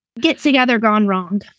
get-together-gone-wrong